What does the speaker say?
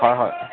হয় হয়